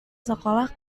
sekolah